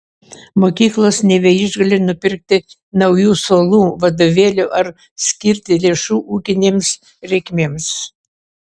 mokyklos nebeišgali nupirkti naujų suolų vadovėlių ar skirti lėšų ūkinėms reikmėms